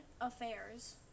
affairs